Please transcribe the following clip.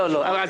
אני